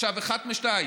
אחת משתיים: